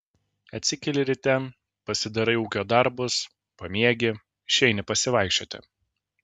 atsikeli ryte pasidarai ūkio darbus pamiegi išeini pasivaikščioti